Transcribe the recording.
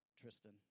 Tristan